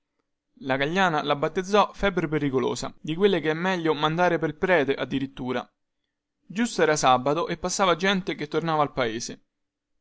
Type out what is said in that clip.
la gagliana la battezzò febbre pericolosa di quelle che è meglio mandare pel prete addirittura giusto era sabato e passava gente che tornava al paese